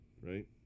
Right